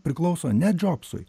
priklauso ne džobsui